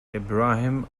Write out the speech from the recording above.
abraham